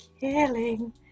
killing